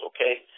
okay